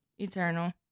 eternal